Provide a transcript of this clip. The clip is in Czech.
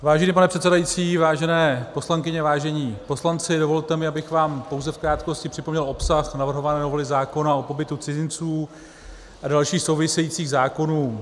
Vážený pane předsedající, vážené poslankyně, vážení poslanci, dovolte mi, abych vám pouze v krátkosti připomněl obsah navrhované novely zákona o pobytu cizinců a dalších souvisejících zákonů.